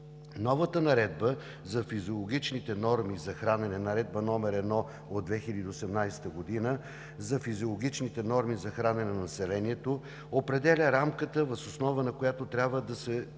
Новата наредба за физиологичните норми за хранене (Наредба № 1 от 2018 г. за физиологичните норми за хранене на населението) определя рамката, въз основа на която трябва да се променят